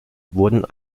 wurden